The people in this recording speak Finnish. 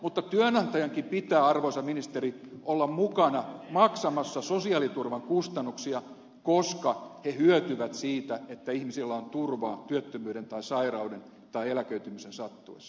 mutta työnantajienkin pitää arvoisa ministeri olla mukana maksamassa sosiaaliturvan kustannuksia koska he hyötyvät siitä että ihmisillä on turva työttömyyden tai sairauden tai eläköitymisen sattuessa